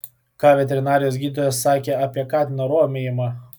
ką veterinarijos gydytojas sakė apie katino romijimą